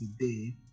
today